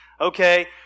okay